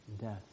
death